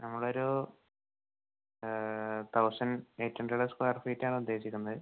നമ്മളൊരു thousand eight hundred square ഫീറ്റാണ് ഉദ്ദേശിക്കുന്നത്